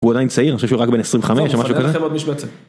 והוא עדיין צעיר אני חושב שהוא רק בן 25 או משהו כזה.